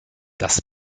das